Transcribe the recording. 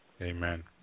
Amen